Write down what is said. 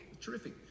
terrific